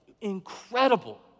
incredible